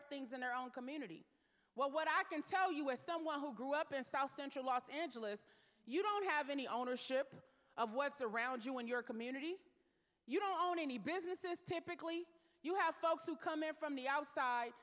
up things in our own community what what i can tell us someone who grew up in south central los angeles you don't have any ownership of what's around you in your community you don't own any businesses typically you have folks who come in from the outside